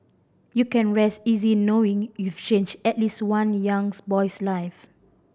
you can rest easy knowing you've changed at least one young's boy's life